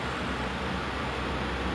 like you guys just seem very close